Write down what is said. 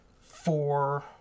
four